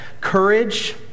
courage